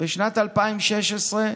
בשנת 2016,